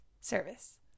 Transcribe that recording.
service